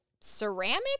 ceramic